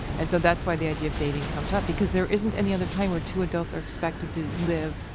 and so that's why the idea of dating comes up, because there isn't any other time where two adults are expected to live